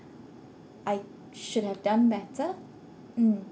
I should have done better mm